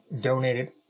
donated